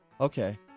Okay